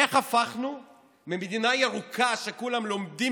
איך הפכנו ממדינה ירוקה שכולם לומדים